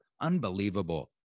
Unbelievable